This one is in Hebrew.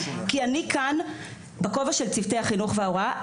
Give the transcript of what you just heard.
כי אני כאן בכובע של צוותי החינוך וההוראה.